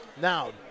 Now